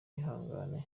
yihangane